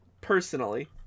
personally